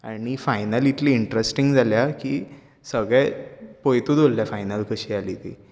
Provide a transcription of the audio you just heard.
आनी फायनल इतली इंट्रस्टींग जाल्या की सगळे पळयतूच उरले फायनल कशी जाली ती